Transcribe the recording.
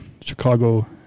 Chicago